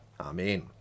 Amen